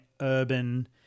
urban